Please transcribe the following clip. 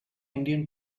indian